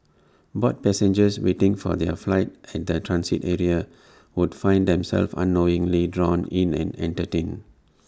bored passengers waiting for their flight at the transit area would find themselves unknowingly drawn in and entertained